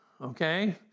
okay